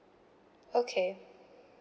okay